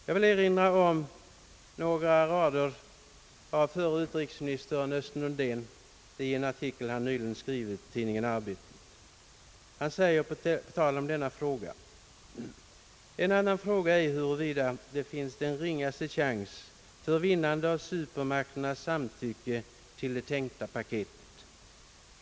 Jag vill erinra om några rader av förre utrikesministern Östen Undén i en artikel han nyligen skrivit i tidningen Arbetet. Han säger på tal om denna fråga: »En annan fråga är huruvida det finns den ringaste chans för vinnande av supermakternas samtycke till det tänkta paketet.